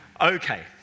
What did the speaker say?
Okay